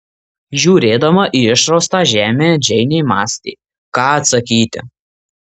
žiūrėdama į išraustą žemę džeinė mąstė ką atsakyti